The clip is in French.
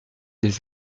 des